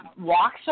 walks